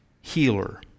healer